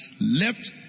left